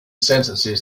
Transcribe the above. sentences